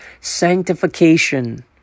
sanctification